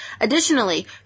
Additionally